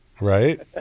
right